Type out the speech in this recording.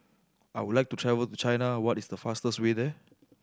I would like to travel to China what is the fastest way there